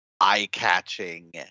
eye-catching